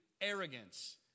arrogance